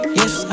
yes